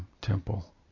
temple